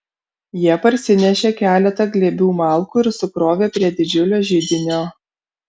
jie parsinešė keletą glėbių malkų ir sukrovė prie didžiulio židinio